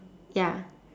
ya